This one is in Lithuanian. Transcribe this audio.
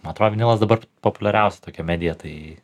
man atrodo vinilas dabar populiariausia tokia medija tai